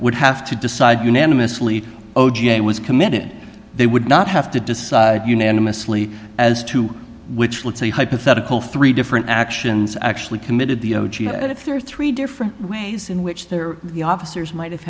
would have to decide unanimously o j was committed they would not have to decide unanimously as to which let's say hypothetical three different actions actually committed the if there are three different ways in which there the officers might